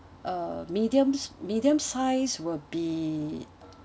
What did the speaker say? uh mediums medium size will be